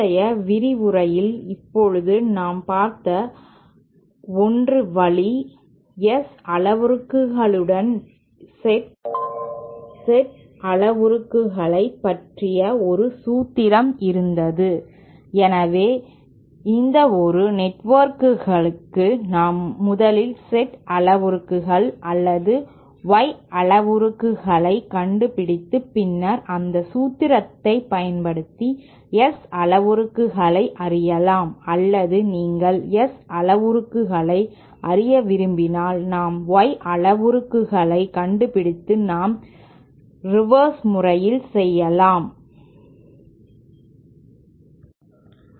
முந்தைய விரிவுரையில் இப்போது நாம் பார்த்த 1 வழி எஸ் அளவுருக்களுடன் இசட் அளவுருக்களைப் பற்றிய ஒரு சூத்திரம் இருந்தது எனவே எந்தவொரு நெட்வொர்க்குக்கும் நாம் முதலில் இசட் அளவுருக்கள் அல்லது Y அளவுருக்களைக் கண்டுபிடித்து பின்னர் அந்த சூத்திரத்தைப் பயன்படுத்த்தி S அளவுருக்களை அறியலாம் அல்லது நீங்கள் S அளவுருக்களை அறிய விரும்பினால் நாம் Y அளவுருக்களைக் கண்டுபிடித்து நாம் ரிவர்ஸ் முறையில் செய்யலாம்